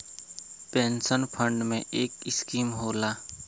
pension fund में एक scheme होला